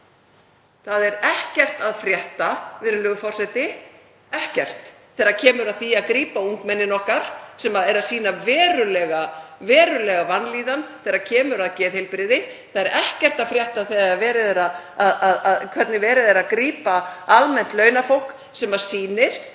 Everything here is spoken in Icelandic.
Það er ekkert að frétta, virðulegur forseti, ekkert, þegar kemur að því að grípa ungmennin okkar sem sýna verulega vanlíðan þegar kemur að geðheilbrigði. Það er ekkert að frétta af því hvernig verið er að grípa almennt launafólk sem sýnir